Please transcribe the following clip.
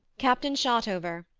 captain shotover.